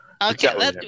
Okay